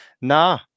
Nah